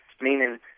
meaning